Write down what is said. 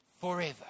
forever